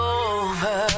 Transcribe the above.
over